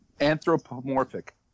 Anthropomorphic